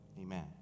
amen